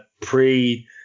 pre-